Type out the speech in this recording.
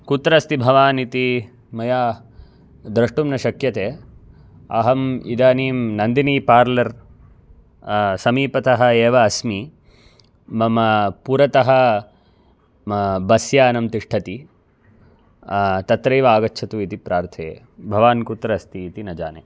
कुत्र अस्ति भवान् इति मया द्रष्टुं न शक्यते अहम् इदानीं नन्दिनी पार्लर् समीपतः एव अस्मि मम पुरतः बस् यानं तिष्ठति तत्रेव आगच्छतु इति प्रार्थये भवान् कुत्र अस्ति इति न जाने